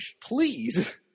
please